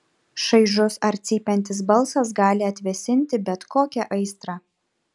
šaižus ar cypiantis balsas gali atvėsinti bet kokią aistrą